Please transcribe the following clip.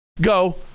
go